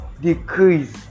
decrease